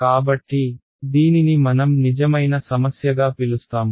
కాబట్టి దీనిని మనం నిజమైన సమస్యగా పిలుస్తాము